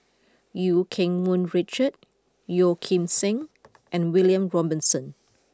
Eu Keng Mun Richard Yeoh Ghim Seng and William Robinson